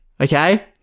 Okay